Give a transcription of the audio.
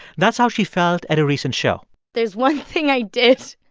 that's how she felt at a recent show there's one thing i did.